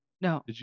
No